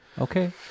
Okay